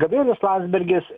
gabrielius landsbergis